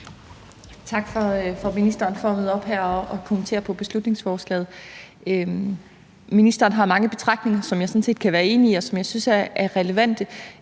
Tak til ministeren for at møde op her og kommentere på beslutningsforslaget. Ministeren har mange betragtninger, som jeg sådan set kan være enig i, og som jeg synes er relevante.